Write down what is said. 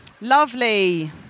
Lovely